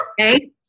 Okay